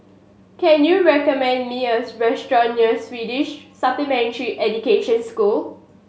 can you recommend me a restaurant near Swedish Supplementary Education School